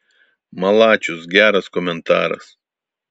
malačius geras komentaras